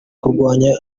kurwanya